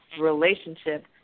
relationship